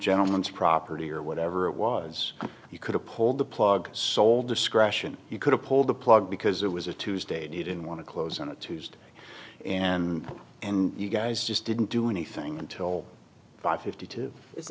gentleman's property or whatever it was you could have pulled the plug sole discretion you could have pulled the plug because it was a tuesday and you didn't want to close on a tuesday and and you guys just didn't do anything until five fifty two it's